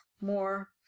more